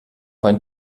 ein